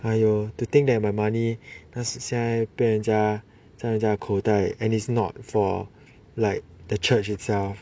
!aiyo! to think that my money 现在被人家在人家的口袋 and is not for like the church itself